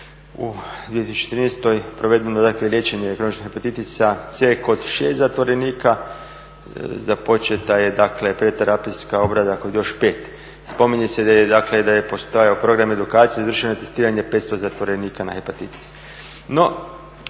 u 2013. provedeno dakle liječenje kroničnog hepatitisa C kod 6 zatvorenika, započeta je dakle predterapijska obrada kod još 5. Spominje se dakle da je postojao program edukacije, izvršeno je testiranje 500 zatvorenika na hepatitis.